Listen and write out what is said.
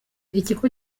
ikigo